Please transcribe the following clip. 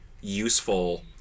useful